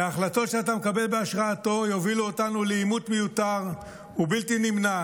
וההחלטות שאתה מקבל בהשראתו יובילו אותנו לעימות מיותר ובלתי נמנע